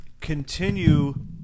continue